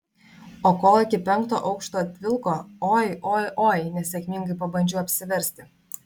o kol iki penkto aukšto atvilko oi oi oi nesėkmingai pabandžiau apsiversti